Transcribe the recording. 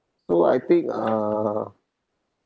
so I think uh